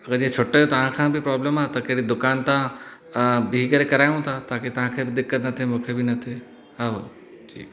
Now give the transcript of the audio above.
अगरि जे छुट्टे जो तव्हां खे बि प्रोब्लम आहे त कहिड़ी दुकान तां बिह करे करायूं था ताकि तव्हां खे बि दिक़त न थिए मूंखे बि न थिए हां भाउ ठीकु